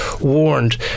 warned